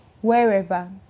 Wherever